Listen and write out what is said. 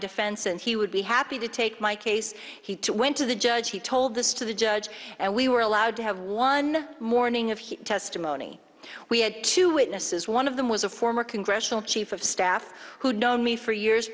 defense and he would be happy to take my case he too went to the judge he told this to the judge and we were allowed to have one morning and he testimony we had two witnesses one of them was a former congressional chief of staff who know me for years